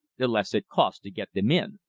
the less it costs to get them in.